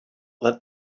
that